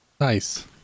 Nice